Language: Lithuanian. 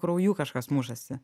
kraujų kažkas mušasi